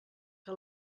que